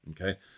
Okay